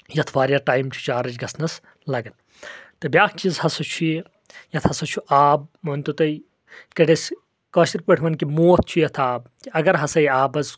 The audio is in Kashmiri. یتھ واریاہ ٹایم چھُ چارٕج گژھنس لگا ن تہٕ بیٚاکھ چیٖز ہسا چھُ یہِ یتھ ہسا چھُ آب مٲنتو تُہۍ یتھ کٲٹھۍ أسۍ کٲشر پٲٹھۍ ونو کہِ موتھ چھُ یتھ آب تہِ اگر ہسا یہِ آبس